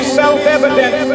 self-evident